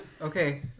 Okay